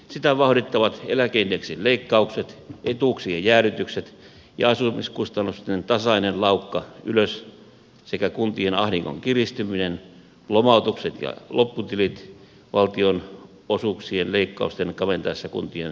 sitä vauhdittavat eläkeindeksin leikkaukset etuuksien jäädytykset ja asumiskustannusten tasainen laukka ylös sekä kuntien ahdingon kiristyminen lomautukset ja lopputilit valtionosuuksien leikkausten kaventaessa kuntien tulopohjaa